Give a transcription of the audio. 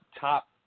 top